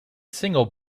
single